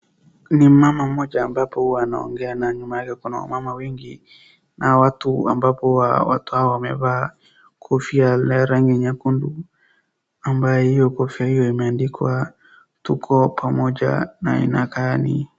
Ni mama mmoja ambapo huwa anaongea na nyuma yake kuna wamama wengi na watu ambapo watu hawa wamevaa kofia la rangi nyekundu ambaye hiyo kofia hiyo imeandikwa tuko pamoja na inakaa ni.